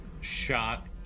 shot